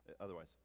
otherwise